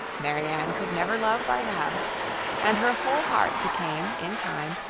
marianne could never love by halves and her whole heart became, in time,